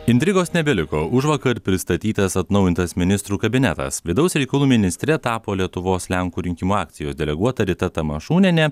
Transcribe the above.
intrigos nebeliko užvakar pristatytas atnaujintas ministrų kabinetas vidaus reikalų ministre tapo lietuvos lenkų rinkimų akcijos deleguota rita tamašūnienė